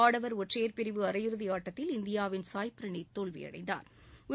ஆடவா் ஒற்றையா் பிரிவு அரை இறுதி ஆட்டத்தில் இந்தியாவின் சாய் ப்ரீனித் தோல்வியடைந்தாா்